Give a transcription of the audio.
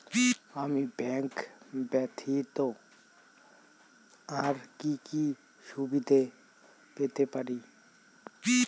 আমি ব্যাংক ব্যথিত আর কি কি সুবিধে পেতে পারি?